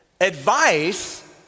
advice